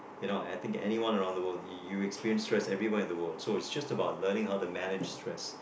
you know I think anyone around the world you'll experience stress everyone in the world so it's just about learning how to manage stress